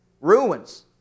Ruins